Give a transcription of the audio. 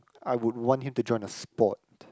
I would want him to join a sport